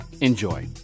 Enjoy